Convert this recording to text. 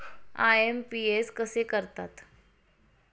IMPS कसे करतात?